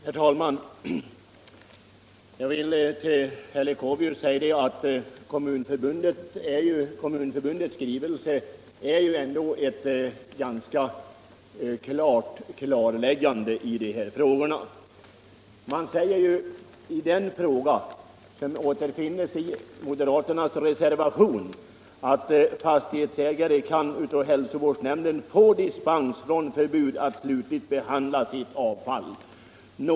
Herr talman! Till herr Leuchovius vill jag säga att Kommunförbundets skrivelse ändå är ett ganska klarläggande besked i dessa frågor. Beträffande den fråga som återfinns i moderatreservationen sägs sålunda i Kommunförbundets cirkulär att fastighetsägare av hälsovårdsnämnd kan få dispens från förbud mot att slutligt behandla sitt avfall.